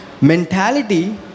mentality